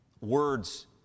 words